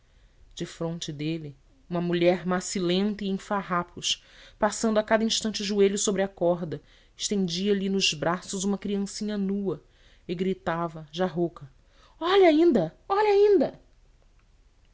quebrada defronte dele uma mulher macilenta e em farrapos passando a cada instante o joelho sobre a corda estendia lhe nos braços uma criancinha nua e gritava já rouca olha ainda olha ainda